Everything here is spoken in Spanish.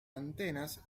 antenas